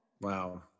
Wow